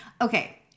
Okay